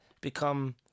become